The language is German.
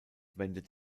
wendet